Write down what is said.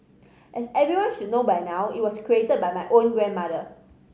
as everyone should know by now it was created by my own grandmother